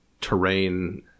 terrain